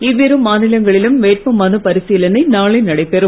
இவ்விரு மாநிலங்களிலும் வேட்புமனு பரிசீலனை நாளை நடைபெறும்